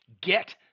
get